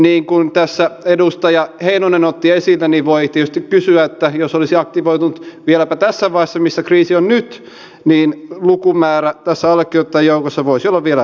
niin kuin tässä edustaja heinonen otti esille niin voi tietysti kysyä että jos olisivat aktivoituneet vielä tässä vaiheessa missä kriisi on nyt niin lukumäärä tässä allekirjoittajien joukossa voisi olla vielä suurempi